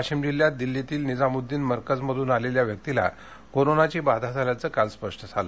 वाशिम जिल्ह्यात दिल्लीतिल निझामुद्दीन मरकज मधून आलेल्या व्यक्तीला कोरोनाची बाधा झाल्याचं काल स्पष्ट झालं